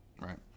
right